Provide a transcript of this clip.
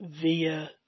via